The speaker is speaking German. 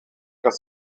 dass